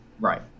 right